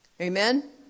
Amen